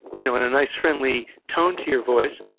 you know and a nice, friendly tone to your voice,